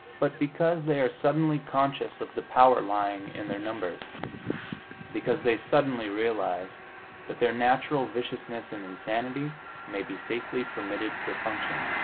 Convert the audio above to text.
but because they are suddenly conscious of the power lying in their numbers because they suddenly realize that their natural viciousness and insanity may be safely permitted to function.